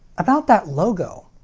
about that logo.